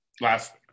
last